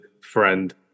friend